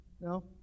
No